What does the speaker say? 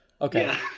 Okay